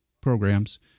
programs